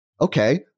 okay